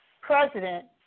president